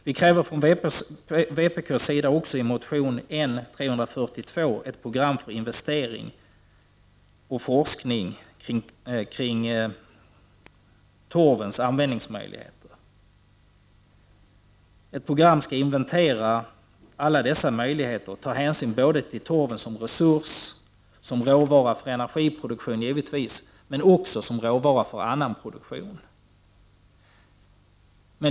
Vi kräver från vpk:s sida också i motion N342 ett program för investering och forskning kring torvanvändningens möjligheter. Enligt detta program skulle en inventering göras av torvens alla möjligheter, och hänsyn skall tas till torven som resurs och givetvis som råvara som energiproduktion, men också som råvara för annan produktion.